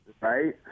Right